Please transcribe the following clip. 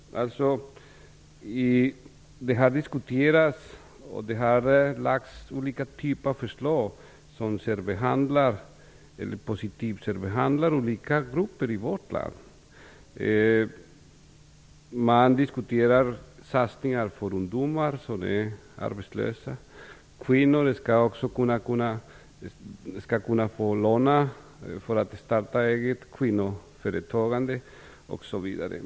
Detta har diskuterats, och det har lagts olika typer av förslag om att positivt särbehandla olika grupper i vårt land. Man diskuterar satsningar för ungdomar som är arbetslösa. Kvinnor skall kunna få låna pengar för att starta eget osv.